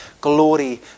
glory